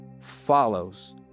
follows